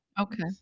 okay